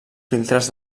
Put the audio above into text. filtres